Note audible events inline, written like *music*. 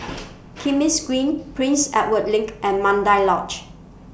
*noise* Kismis Green Prince Edward LINK and Mandai Lodge